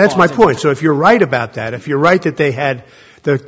that's my point so if you're right about that if you're right that they had the